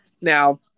Now